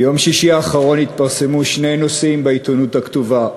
ביום שישי האחרון התפרסמו שני נושאים בעיתונות הכתובה,